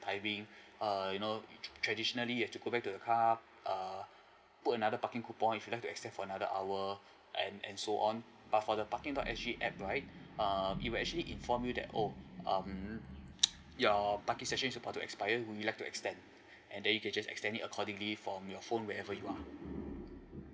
timing err you know traditionally you have to go back to the car err put another parking coupon if you have to extend for another hour and and so on but for the parking dot S_G app right err it will actually inform you that oh um your parking session is supposed to expire would you like to extend and then you can just extend it accordingly from your phone wherever you are